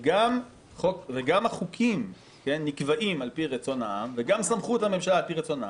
וגם החוקים נקבעים על פי רצון העם וגם סמכות הממשלה על פי רצון העם.